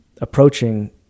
approaching